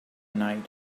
night